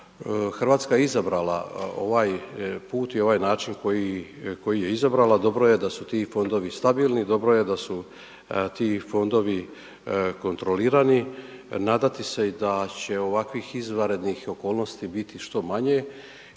Hrvatska je izabrala ovaj put i ovaj način koji je izabrala. Dobro je da su ti fondovi stabilni, dobro je da su ti fondovi kontrolirani, nadati se da će ovakvih izvanrednih okolnosti biti što manje